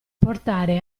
portare